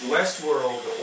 Westworld